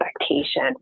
expectation